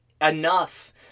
enough